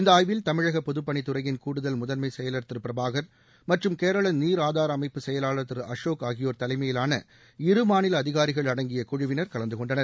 இந்த ஆய்வில் தமிழக பொதுப்பணித் துறையின் கூடுதல் முதன்மை செயலர் திரு பிரபாகர் மற்றும் கேரள நீர் ஆதார அமைப்பு செயலாளர் திரு அசோக் ஆகியோர் தலைமையிலான இரு மாநில அதிகாரிகள் அடங்கிய குழுவினர் கலந்துகொண்டனர்